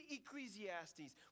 Ecclesiastes